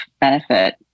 benefit